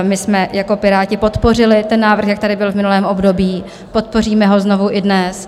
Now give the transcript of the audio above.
My jsme jako Piráti podpořili ten návrh, jak tady byl v minulém období, podpoříme ho znovu i dnes.